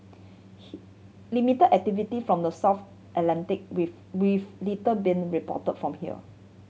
limit activity from the south Atlantic with with little being report from here